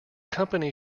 company